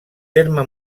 terme